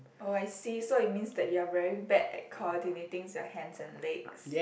oh I see so it means that you are very bad at coordinating your hands and legs